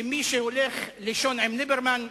שמי שהולך לישון עם ליברמן,